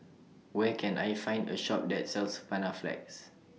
Where Can I Find A Shop that sells Panaflex